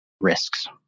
risks